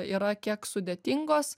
yra kiek sudėtingos